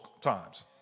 times